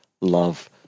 love